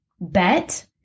bet